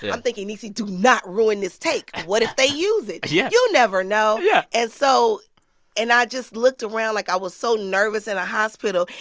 i'm thinking, niecy, to not ruin this take. what if they use it? yeah you never know yeah and so and i just looked around like i was so nervous in a hospital.